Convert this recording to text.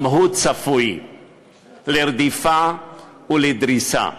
גם הוא צפוי לרדיפה ולדריסה.